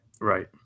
right